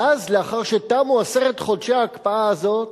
ואז, לאחר שתמו עשרת חודשי ההקפאה הזאת,